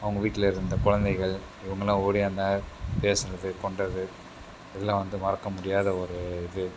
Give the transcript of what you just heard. அவங்க வீட்டில் இருந்த குழந்தைகள் இவங்கள்லாம் ஓடியாந்து பேசுவது கொண்டது இதெல்லாம் வந்து மறக்க முடியாத ஒரு இது